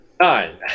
Nine